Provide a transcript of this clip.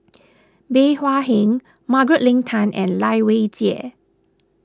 Bey Hua Heng Margaret Leng Tan and Lai Weijie